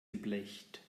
geblecht